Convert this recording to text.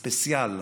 ספציאל.